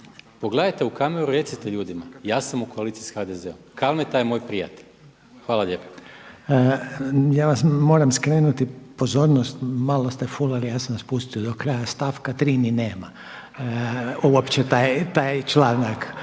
pogledajte u kameru i recite ljudima, ja sam u koaliciji sa HDZ-om, Kalmeta je moj prijatelj. Hvala lijepo. **Reiner, Željko (HDZ)** Ja vam moram skrenuti pozornost, malo ste fulali, ja sam vas pustio do kraja stavka 3. ni nema, uopće taj članak.